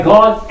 God